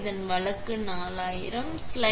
இந்த வழக்கு 4000